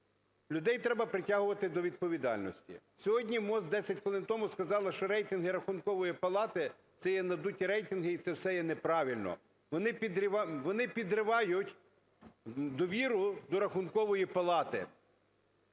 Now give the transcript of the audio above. людей треба притягувати до відповідальності. Сьогодні МОЗ 10 хвилин тому сказало, що рейтинги Рахункової палати – це є надуті рейтинги, і це все є неправильно, вони підривають довіру до Рахункової палати.